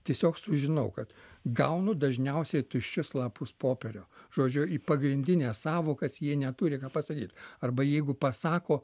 tiesiog sužinau kad gaunu dažniausiai tuščius lapus popierio žodžiu į pagrindines sąvokas jie neturi ką pasakyt arba jeigu pasako